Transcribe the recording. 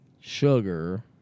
sugar